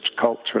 culture